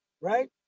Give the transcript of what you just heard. right